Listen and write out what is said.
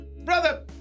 Brother